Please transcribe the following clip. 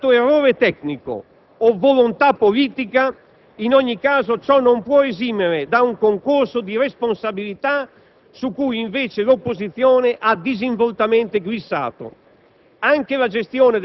Che ci sia stato errore tecnico o volontà politica, in ogni caso ciò non può esimere da un concorso di responsabilità, su cui invece l'opposizione ha disinvoltamente glissato.